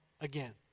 again